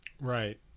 Right